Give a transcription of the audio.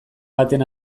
baten